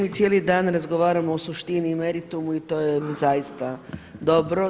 Mi cijeli dan razgovaramo o suštini, meritumu i to je zaista dobro.